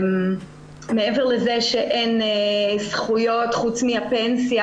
מעבר לזה שאין זכויות אחרות חוץ מהפנסיה,